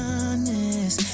honest